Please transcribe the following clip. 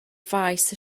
faes